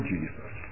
Jesus